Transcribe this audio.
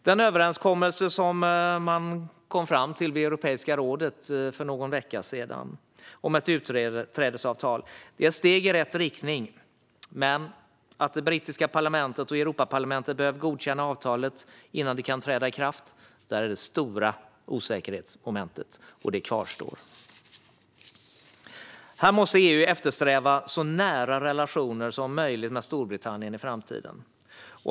Den överenskommelse om ett utträdesavtal som man kom fram till vid Europeiska rådet för någon vecka sedan är ett steg i rätt riktning. Men det brittiska parlamentet och Europaparlamentet behöver godkänna avtalet innan det kan träda i kraft. Detta är det stora osäkerhetsmomentet, och det kvarstår. EU måste eftersträva så nära relationer som möjligt med Storbritannien i framtiden.